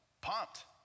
pumped